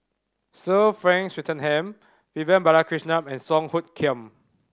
Sir Frank Swettenham Vivian Balakrishnan and Song Hoot Kiam